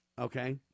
okay